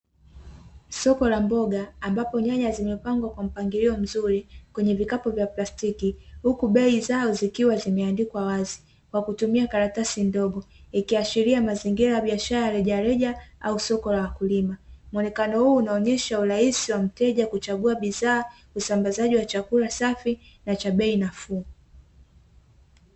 Soko la mboga ambapo nyanya zimepangwa kwa mpangilio mzuri kwenye vikapu vya plastiki, huku bei zao zikiwa zimeandikwa wazi kwa kutumia karatasi ndogo, ikiashiria mazingira ya biashara rejareja au soko la wakulima. muonekano huu unaonyesha urahisi wa wateja kuchagua bidhaa, usambazaji wa chakula safi, na cha bei nafuu.